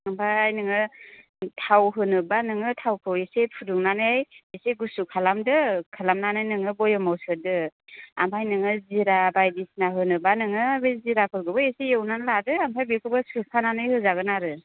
ओमफाय नोङो थाव होनोब्ला नोङो थावखौ एसे फुदुं नानै एसे गुसु खालामदो खालामनानै नोङो बयेमाव सोदो ओमफ्राय नोङो जिरा बायदिसिना होनोब्ला नोङो एसे एवनानै लादो बेखौबो सोफानानै होजागोन आरो